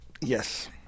Yes